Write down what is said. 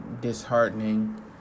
disheartening